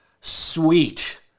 sweet